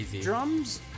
Drums